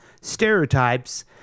stereotypes